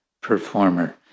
performer